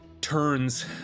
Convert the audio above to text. turns